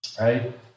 right